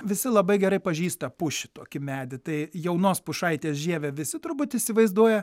visi labai gerai pažįsta pušį tokį medį tai jaunos pušaitės žievę visi turbūt įsivaizduoja